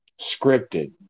scripted